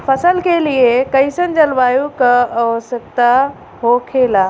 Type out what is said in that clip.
फसल के लिए कईसन जलवायु का आवश्यकता हो खेला?